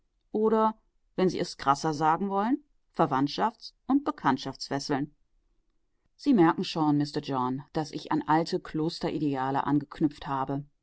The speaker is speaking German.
oder wenn sie es krasser sagen wollen verwandtschafts und bekanntschaftsfesseln sie merken schon mister john daß ich an alte klosterideale angeknüpft habe